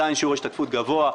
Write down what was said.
עדיין שיעור ההשתתפות גבוה,